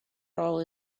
all